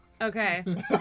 Okay